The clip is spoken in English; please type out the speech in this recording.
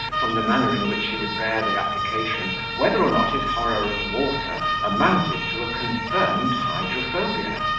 from the manner in which he would bear the application, whether or not his horror of water amounted to a confirmed hydrophobia.